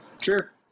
Sure